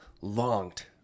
longed